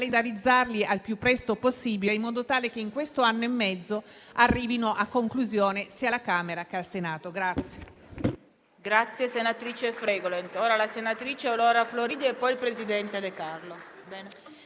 calendarizzare al più presto possibile, in modo che in questo anno e mezzo arrivino a conclusione sia alla Camera che al Senato.